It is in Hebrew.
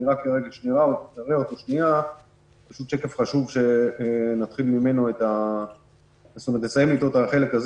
זה שקף חשוב שנסיים אתו את החלק הזה